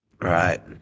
right